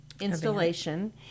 installation